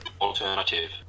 Alternative